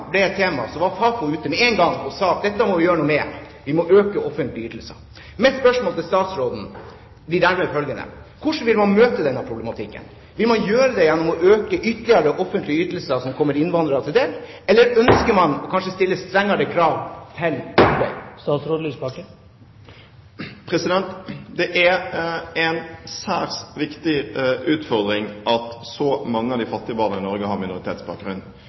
ble et tema, var Fafo med en gang ute og sa at dette må vi gjøre noe med, vi må øke de offentlige ytelsene. Mitt spørsmål til statsråden blir dermed følgende: Hvordan vil man møte denne problematikken – vil man gjøre det gjennom ytterligere å øke offentlige ytelser som kommer innvandrere til del, eller ønsker man kanskje å stille strengere krav til dem? Det er en særs viktig utfordring at så mange av de fattige barna i Norge har minoritetsbakgrunn.